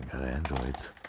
androids